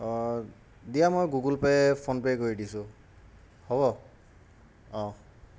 অঁ দিয়া মই গুগল পে' ফোনপে' কৰি দিছোঁ হ'ব অঁ